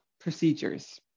procedures